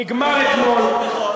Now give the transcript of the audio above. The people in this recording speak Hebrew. נגמר אתמול.